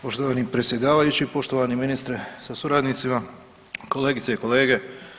Poštovani predsjedavajući, poštovani ministre sa suradnicima, kolegice i kolege.